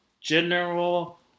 general